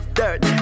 dirt